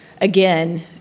again